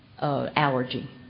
allergy